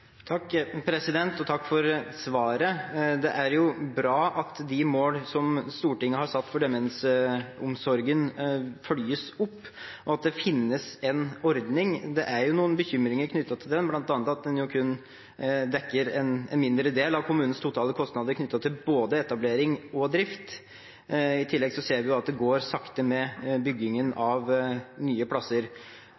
Takk for svaret. Det er jo bra at de mål som Stortinget har satt for demensomsorgen, følges opp, og at det finnes en ordning. Det er noen bekymringer knyttet til den, bl.a. at den kun dekker en mindre del av kommunenes totale kostnader knyttet til både etablering og drift. I tillegg ser vi at det går sakte med byggingen